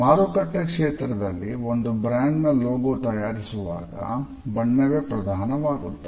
ಮಾರುಕಟ್ಟೆ ಕ್ಷೇತ್ರದಲ್ಲಿ ಒಂದು ಬ್ರಾಂಡ್ ನ ಲೋಗೋ ತಯಾರಿಸುವಾಗ ಬಣ್ಣವೇ ಪ್ರಧಾನವಾಗುತ್ತದೆ